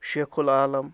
Sheikh العالم